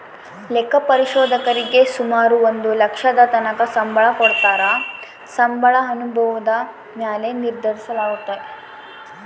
ಲೆಕ್ಕ ಪರಿಶೋಧಕರೀಗೆ ಸುಮಾರು ಒಂದು ಲಕ್ಷದತಕನ ಸಂಬಳ ಕೊಡತ್ತಾರ, ಸಂಬಳ ಅನುಭವುದ ಮ್ಯಾಲೆ ನಿರ್ಧರಿಸಲಾಗ್ತತೆ